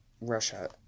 Russia